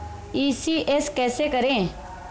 ECS कैसे करें?